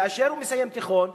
כאשר הוא מסיים תיכון,